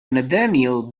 nathaniel